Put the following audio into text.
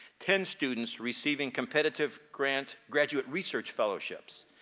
ten students receiving competitive grant graduate research fellowships.